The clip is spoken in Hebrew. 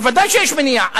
ודאי שיש מניע.